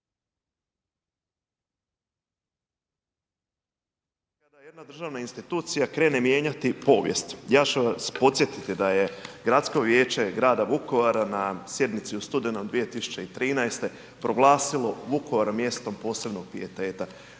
kada jedna državna institucija krene mijenjati povijesti, ja ću vas podsjetiti da je Gradsko vijeće grada Vukovara na sjednici u studenom 2013. proglasilo Vukovar mjestom posebnog pijeteta.